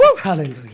Hallelujah